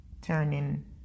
Turning